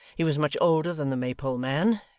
he was much older than the maypole man,